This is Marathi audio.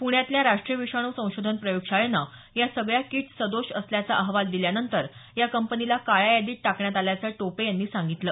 पुण्यातल्या राष्ट्रीय विषाणू संशोधन प्रयोगशाळेनं या सगळ्या किट्स सदोष असल्याचा अहवाल दिल्यानंतर या कंपनीला काळ्या यादीत टाकण्यात आल्याचं टोपे यांनी सांगितलं